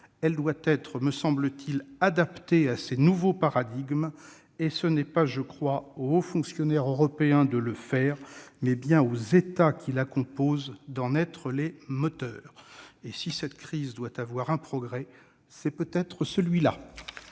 elle doit être adaptée à ces nouveaux paradigmes. C'est, je crois, non pas aux hauts fonctionnaires européens de le faire, mais bien aux États qui la composent d'en être les moteurs. Si cette crise doit amener un progrès, c'est peut-être celui-là